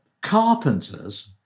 Carpenters